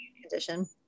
condition